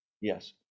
Yes